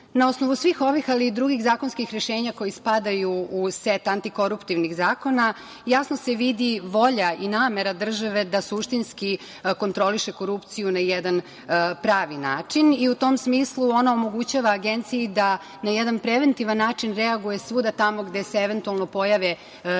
osnovu svih ovih, ali i drugih zakonskih rešenja koji spadaju u set antikoruptivnih zakona jasno se vidi volja i namera države da suštinski kontroliše korupciju na jedan pravi način i u tom smislu ona omogućava Agenciji da na jedan preventivan način reaguje svuda tamo gde se eventualno pojave rizici